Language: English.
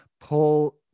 pull